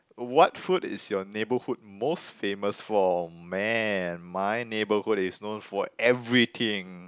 what food is your neighbourhood most famous for man my neighbourhood is known for everything